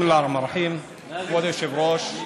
בסם אללה א-רחמאן א-רחים, כבוד היושב-ראש,